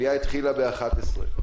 והמליאה התחילה ב-11:00.